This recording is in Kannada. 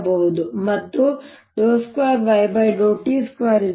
ಮತ್ತು2yt2 A